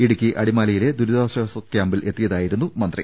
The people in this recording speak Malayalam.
ഇടുക്കി അടിമാലിയിലെ ദുരിതാശ്വാസ ക്യാമ്പിൽ എത്തിയതായിരുന്നു മന്ത്രി